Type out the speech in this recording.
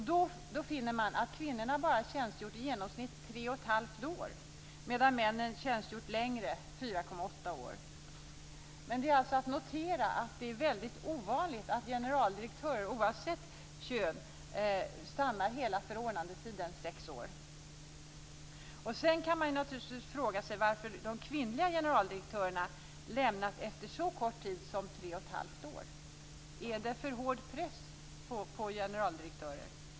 Då finner man att kvinnorna har tjänstgjort i genomsnitt bara i 3,5 år, medan männen tjänstgjort längre tid, 4,8 år. Det är alltså att notera att det är väldigt ovanligt att generaldirektörer, oavsett kön, stannar hela förordnandetiden, 6 år. Sedan kan man naturligtvis fråga sig varför de kvinnliga generaldirektörerna lämnat sina poster efter så kort tid som 3,5 år. Är det för hård press på generaldirektörer?